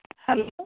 hello